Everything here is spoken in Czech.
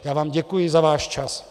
Já vám děkuji za váš čas.